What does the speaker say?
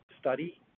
study